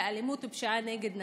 ואלימות ופשיעה נגד נשים.